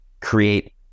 create